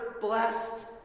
blessed